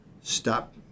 stop